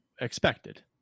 expected